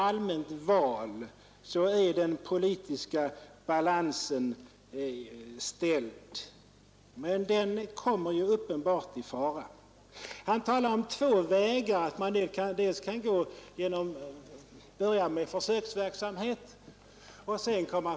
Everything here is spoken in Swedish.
Jag fick ingen kommentar på den punkten.